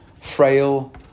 frail